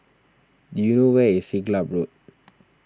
do you know where is Siglap Road